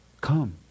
Come